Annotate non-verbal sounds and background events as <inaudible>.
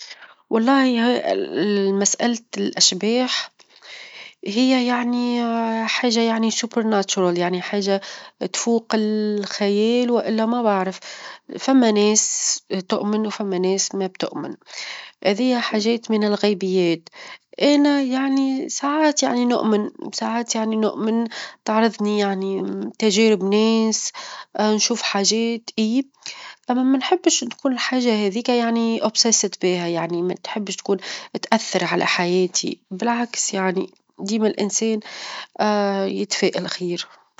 والله <hesitation> مسألة الأشباح هي يعني حاجة يعني خارقة، يعني حاجة تفوق الخيال، والا ما بعرف فما ناس تؤمن، وفما ناس ما بتؤمن، ذيا حاجات من الغيبيات، انا يعني -ساعات يعني نؤمن- ساعات يعني نؤمن تعارظني يعني <hesitation> تجارب ناس، <hesitation> نشوف حاجات إي، فما بنحبش تكون الحاجة هذيك يعني مهووسة بيها يعني ما تحبش تكون تأثر على حياتي، بالعكس يعني ديما الإنسان <hesitation> يتفائل خير.